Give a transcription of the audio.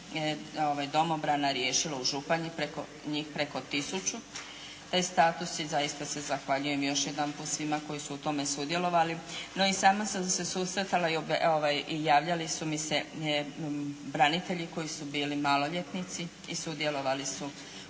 domobrana riješilo u Županji njih preko 1000 i doista se zahvaljujem još jedanput svima koji su u tome sudjelovali, no i sama sam se susretala i javljali su mi se branitelji koji su bili maloljetnici i sudjelovali su